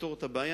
לפתור את הבעיה,